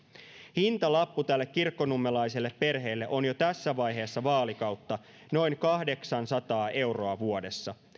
hintalappu tälle kirkkonummelaiselle perheelle on jo tässä vaiheessa vaalikautta noin kahdeksansataa euroa vuodessa